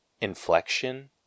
inflection